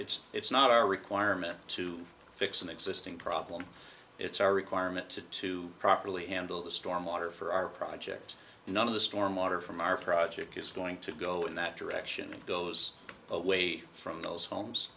it's it's not our requirement to fix an existing problem it's our requirement to to properly handle the storm water for our project none of the storm water from our project is going to go in that direction goes away from those homes